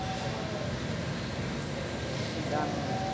अच्छा भने पछि कति दाम